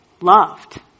loved